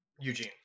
Eugene